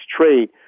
trade